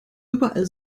überall